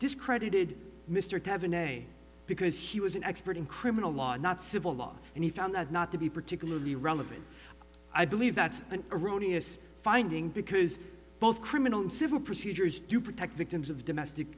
discredited mr to have an a because he was an expert in criminal law not civil law and he found that not to be particularly relevant i believe that's an erroneous finding because both criminal and civil procedures do protect victims of domestic